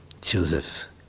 Joseph